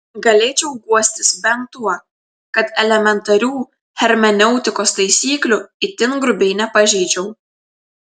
galėčiau guostis bent tuo kad elementarių hermeneutikos taisyklių itin grubiai nepažeidžiau